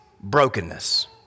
Brokenness